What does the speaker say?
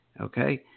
okay